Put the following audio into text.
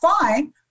fine